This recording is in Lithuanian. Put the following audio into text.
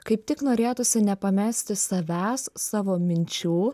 kaip tik norėtųsi nepamesti savęs savo minčių